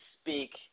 speak